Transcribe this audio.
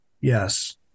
yes